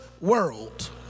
world